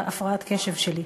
הפרעת הקשב שלי.